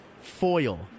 Foil